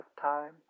time